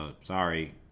Sorry